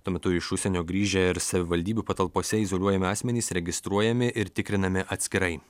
tuo metu iš užsienio grįžę ir savivaldybių patalpose izoliuojami asmenys registruojami ir tikrinami atskirai